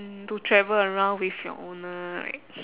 mm to travel around with your owner right